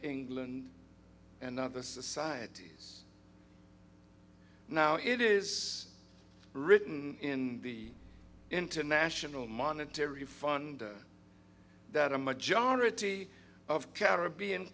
england and other societies now it is written in the international monetary fund that a majority of caribbean